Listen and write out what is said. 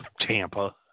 Tampa